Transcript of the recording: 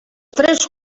tres